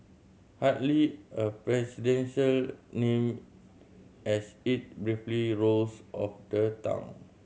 hardly a presidential name as it briefly rolls off the tongue